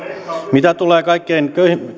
mitä tulee kaikkein